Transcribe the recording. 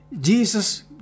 Jesus